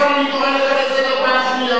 אני קורא אותך לסדר פעם שנייה.